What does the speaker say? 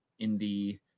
indie